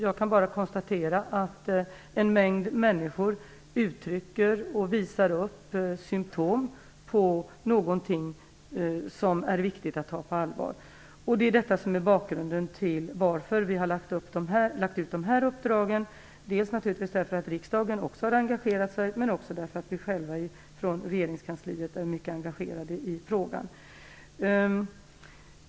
Jag kan bara konstatera att en mängd människor visar symtom på någonting som det är viktigt att ta på allvar. Detta är bakgrunden till att vi har lagt ut de olika uppdragen, dels därför att också riksdagen har engagerat sig, dels därför att vi själva i regeringskansliet är mycket engagerade i frågan.